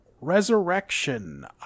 Resurrection